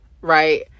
right